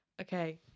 okay